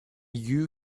you